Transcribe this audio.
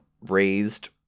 raised